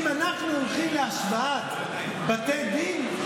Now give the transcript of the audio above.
אם אנחנו הולכים להשוואת בתי דין,